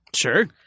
Sure